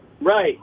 Right